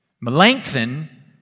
Melanchthon